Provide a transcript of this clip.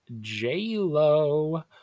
J-Lo